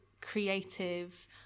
creative